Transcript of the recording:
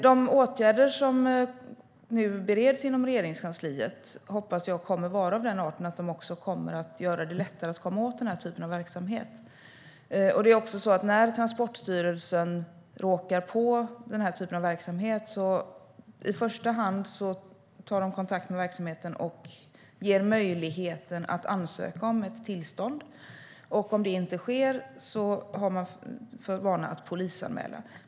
De åtgärder som nu bereds inom Regeringskansliet hoppas jag kommer att vara av den arten att de kommer att göra det lättare att komma åt den här typen av verksamhet. När Transportstyrelsen råkar på den här typen av verksamhet tar man i första hand kontakt med verksamheten och ger den möjligheten att ansöka om ett tillstånd. Om det inte sker har man för vana att polisanmäla.